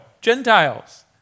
Gentiles